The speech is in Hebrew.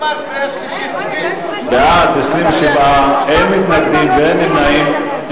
בעד, 27, אין מתנגדים ואין נמנעים.